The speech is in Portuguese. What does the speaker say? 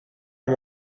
uma